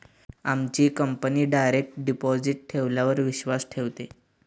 आमची company direct deposit ठेवण्यावर विश्वास ठेवते